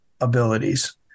abilities